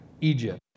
Egypt